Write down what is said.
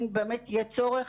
אם באמת יש צורך,